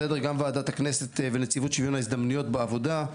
בסדר גם ועדת הכנסת ונציבות שוויון הזדמנויות בעבודה.